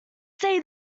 say